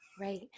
Right